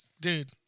dude